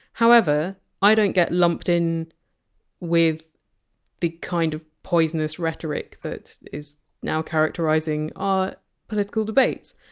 however i don't get lumped in with the kind of poisonous rhetoric that is now characterizing our political debates.